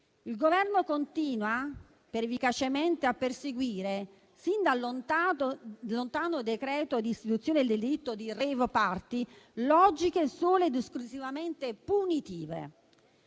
Il Governo continua pervicacemente a perseguire, sin dal lontano decreto-legge di istituzione del delitto di *rave party*, logiche solo ed esclusivamente punitive.